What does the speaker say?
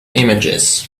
images